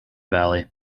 valley